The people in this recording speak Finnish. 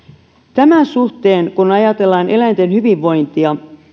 tämän suhteen kun ajatellaan eläinten hyvinvointia